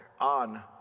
on